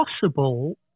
possible